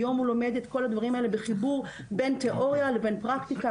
היום הוא לומד את כל הדברים האלה בחיבור בין תיאוריה לבין פרקטיקה,